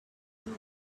and